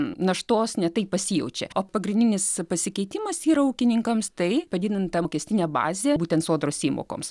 naštos ne taip pasijaučia o pagrindinis pasikeitimas yra ūkininkams tai padidinta mokestinė bazė būtent sodros įmokoms